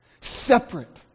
Separate